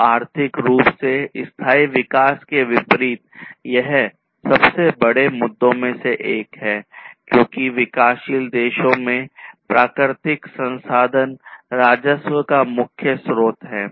तो आर्थिक रूप से स्थायी विकास के विपरीत यह सबसे बड़े मुद्दों में से एक है क्योंकि विकासशील देशों में प्राकृतिक संसाधन राजस्व का मुख्य स्रोत हैं